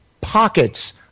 Pockets